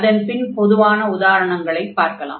அதன்பின் பொதுவான உதாரணங்களைப் பார்க்கலாம்